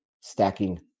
stacking